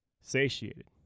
satiated